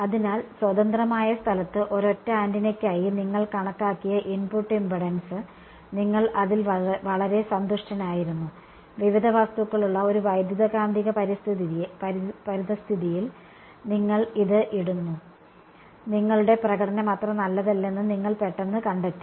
അതിനാൽ സ്വതന്ത്രമായ സ്ഥലത്ത് ഒരൊറ്റ ആന്റിനയ്ക്കായി നിങ്ങൾ കണക്കാക്കിയ ഇൻപുട്ട് ഇംപെഡൻസ് നിങ്ങൾ അതിൽ വളരെ സന്തുഷ്ടനായിരുന്നു വിവിധ വസ്തുക്കളുള്ള ഒരു വൈദ്യുതകാന്തിക പരിതസ്ഥിതിയിൽ നിങ്ങൾ അത് ഇടുന്നു നിങ്ങളുടെ പ്രകടനം അത്ര നല്ലതല്ലെന്ന് നിങ്ങൾ പെട്ടെന്ന് കണ്ടെത്തി